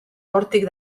hortik